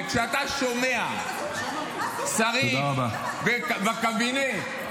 --- וכשאתה שומע שרים בקבינט -- תודה רבה.